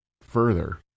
further